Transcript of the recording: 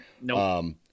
No